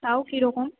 তাও কীরকম